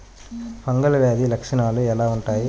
Fungal వ్యాధి లక్షనాలు ఎలా వుంటాయి?